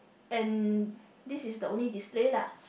and this is the only display lah